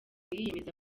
yiyemeza